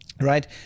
right